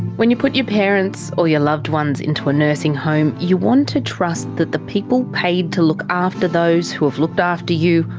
when you put your parents or your loved ones into a nursing home, you want to trust that the people paid to look after those who have looked after you.